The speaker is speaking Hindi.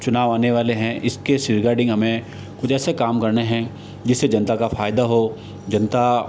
चुनाव आने वाले है इसके रिगार्डिंग हमें कुछ ऐसे काम करने है जिससे जनता का फायदा हो जनता